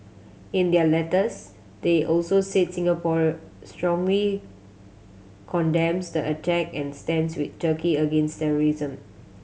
in their letters they also said Singapore strongly condemns the attack and stands with Turkey against terrorism